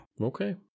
Okay